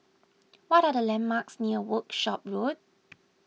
what are the landmarks near Workshop Road